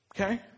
Okay